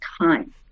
time